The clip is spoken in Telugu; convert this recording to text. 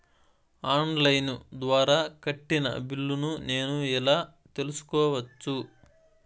ఆన్ లైను ద్వారా కట్టిన బిల్లును నేను ఎలా తెలుసుకోవచ్చు?